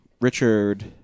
Richard